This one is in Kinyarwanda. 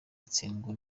itsindwa